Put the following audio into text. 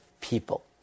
people